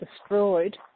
destroyed